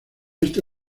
este